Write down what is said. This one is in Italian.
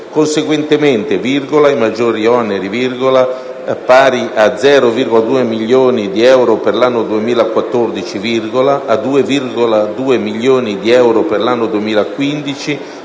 "Conseguentemente, ai maggiori oneri, pari a 0,2 milioni di euro per l'anno 2014, a 2,2 milioni di euro per l'anno 2015